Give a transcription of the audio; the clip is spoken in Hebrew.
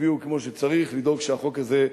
תצביעו כמו שצריך לדאוג שהחוק הזה,